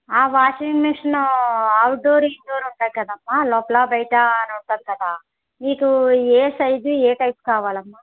ఆ washing machine outdoor indoor ఉంటాయి కదమ్మా లోపల బయట అని ఉంటుంది కదా నీకు ఏ సైజు ఏ టైపు కావాలమ్మా